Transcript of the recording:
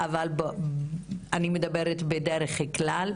אבל אני מדברת על בדרך כלל.